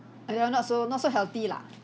!aiya! not so not so healthy lah